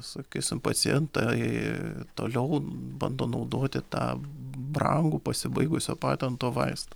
sakysim pacientai toliau bando naudoti tą brangų pasibaigusio patento vaista